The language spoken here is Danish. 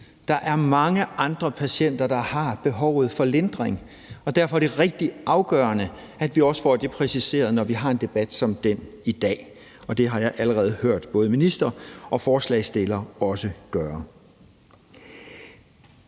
Der er mange andre patienter, der har behov for lindring, og derfor er det rigtig afgørende, at vi også får det præciseret, når vi har en debat som den i dag, og det har jeg allerede hørt både ministeren og ordføreren